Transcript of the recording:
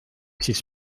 siis